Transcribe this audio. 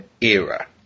era